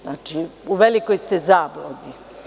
Znači, u velikoj ste zabludi.